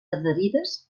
adherides